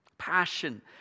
passion